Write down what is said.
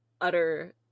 utter